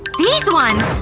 these ones!